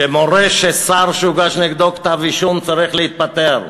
שמורה ששר שהוגש נגדו כתב-אישום צריך להתפטר.